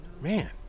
man